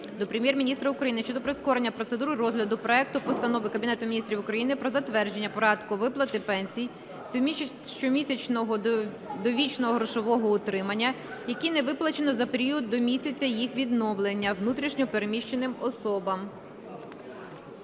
до Прем'єр-міністра України щодо прискорення процедури розгляду проекту Постанови Кабінету Міністрів України про затвердження Порядку виплати пенсій (щомісячного довічного грошового утримання), які не виплачено за період до місяця їх відновлення, внутрішньо переміщеним особам.